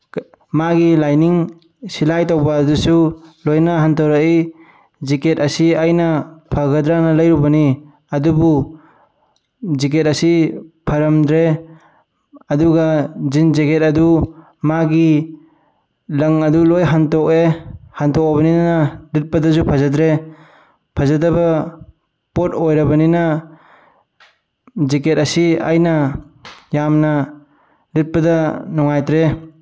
ꯃꯥꯒꯤ ꯂꯥꯏꯅꯤꯡ ꯁꯤꯂꯥꯏ ꯇꯧꯕ ꯑꯗꯨꯁꯨ ꯂꯣꯏꯅ ꯍꯟꯇꯣꯔꯛꯏ ꯖꯤꯀꯦꯠ ꯑꯁꯤ ꯑꯩꯅ ꯐꯒꯗ꯭ꯔꯅ ꯂꯩꯔꯨꯕꯅꯤ ꯑꯗꯨꯕꯨ ꯖꯤꯀꯦꯠ ꯑꯁꯤ ꯐꯔꯝꯗ꯭ꯔꯦ ꯑꯗꯨꯒ ꯖꯤꯟ ꯖꯦꯀꯦꯠ ꯑꯗꯨ ꯃꯥꯒꯤ ꯂꯪ ꯑꯗꯨ ꯂꯣꯏ ꯍꯟꯗꯣꯛꯑꯦ ꯍꯟꯗꯣꯛꯑꯕꯅꯤꯅ ꯂꯤꯠꯄꯗꯁꯨ ꯐꯖꯗ꯭ꯔꯦ ꯐꯖꯗꯕ ꯄꯣꯠ ꯑꯣꯏꯔꯕꯅꯤꯅ ꯖꯤꯀꯦꯠ ꯑꯁꯤ ꯑꯩꯅ ꯌꯥꯝꯅ ꯂꯤꯠꯄꯗ ꯅꯨꯡꯉꯥꯏꯇ꯭ꯔꯦ